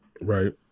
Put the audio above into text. Right